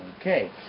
okay